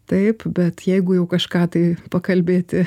taip bet jeigu jau kažką tai pakalbėti